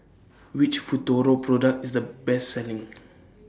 Which Futuro Product IS The Best Selling